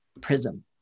prism